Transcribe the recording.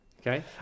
Okay